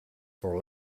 for